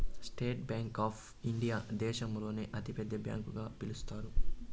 state Bank of India దేశంలోనే అతి పెద్ద బ్యాంకు గా పిలుత్తారు